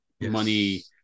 money